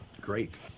Great